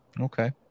Okay